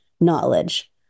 knowledge